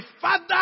father